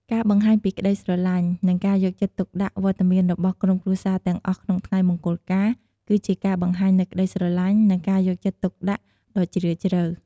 ការបង្ហាញពីក្ដីស្រឡាញ់ និងការយកចិត្តទុកដាក់ វត្តមានរបស់ក្រុមគ្រួសារទាំងអស់ក្នុងថ្ងៃមង្គលការ គឺជាការបង្ហាញនូវក្ដីស្រឡាញ់ និងការយកចិត្តទុកដាក់ដ៏ជ្រាលជ្រៅ។